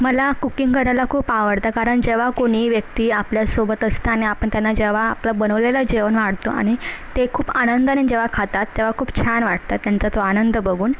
मला कुकिंग करायला खूप आवडतं कारण जेव्हा कोणी व्यक्ती आपल्यासोबत असतं आणि आपण त्यांना जेव्हा आपलं बनवलेलं जेवण वाढतो आणि ते खूप आनंदाने जेव्हा खातात तेव्हा खूप छान वाटतं त्यांचा तो आनंद बघून